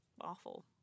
awful